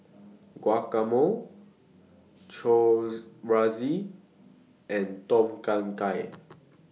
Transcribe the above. Guacamole Chorizo and Tom Kha Gai